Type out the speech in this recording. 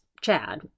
Chad